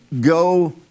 go